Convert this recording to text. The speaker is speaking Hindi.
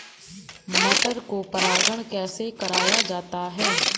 मटर को परागण कैसे कराया जाता है?